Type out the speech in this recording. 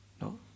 No